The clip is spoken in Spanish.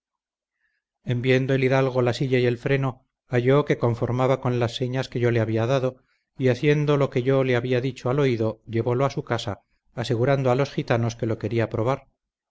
viendo el hidalgo la silla y el freno halló que conformaba con las señas que yo le había dado y haciendo lo que yo le había dicho al oído llevólo a su casa asegurando a los gitanos que lo quería probar